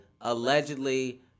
allegedly